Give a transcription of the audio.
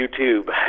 YouTube